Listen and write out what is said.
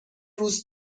روز